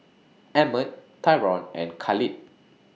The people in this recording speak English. Emmet Tyron and Khalid